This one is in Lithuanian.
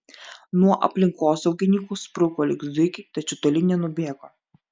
nuo aplinkosaugininkų spruko lyg zuikiai tačiau toli nenubėgo